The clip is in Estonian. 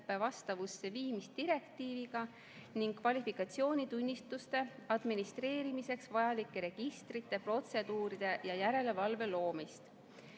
vastavusse viimist direktiiviga ja kvalifikatsioonitunnistuste administreerimiseks vajalike registrite, protseduuride ja järelevalve loomist.